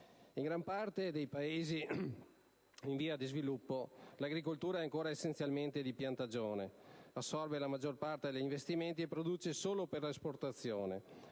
In gran parte dei Paesi in via di sviluppo, l'agricoltura è ancora essenzialmente di piantagione, assorbe la maggior parte degli investimenti e produce solo per 1'esportazione.